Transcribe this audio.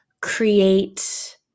create